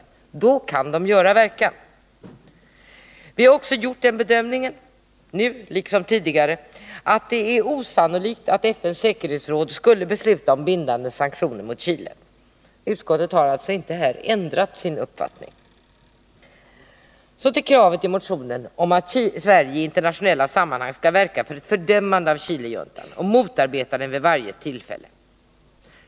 Då kan de göra verkan. Vi har också gjort den bedömningen — nu liksom tidigare — att det är osannolikt att FN:s säkerhetsråd skulle besluta om bindande sanktioner mot Chile. Utskottet har alltså inte härvidlag ändrat sin uppfattning. Så till kravet i motionen om att Sverige i internationella sammanhang skall verka för ett fördömande av Chilejuntan och motarbeta den vid varje tillfälle.